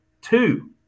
two